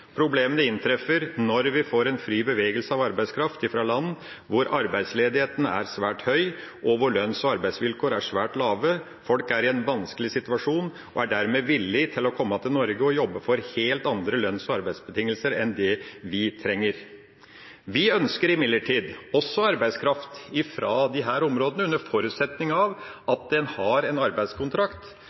Problemene inntreffer når vi får fri bevegelse av arbeidskraft fra land hvor arbeidsledigheten er svært høy, hvor lønns- og arbeidsvilkårene er svært dårlige og folk er i en vanskelig situasjon, og en dermed er villig til å komme til Norge for å jobbe for helt andre lønns- og arbeidsbetingelser enn det vi trenger. Vi ønsker imidlertid også arbeidskraft fra disse områdene under forutsetning av at en har en arbeidskontrakt